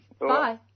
Bye